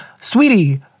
sweetie